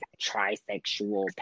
trisexual